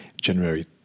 January